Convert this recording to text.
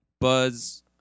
Buzz